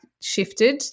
shifted